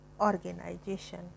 Organization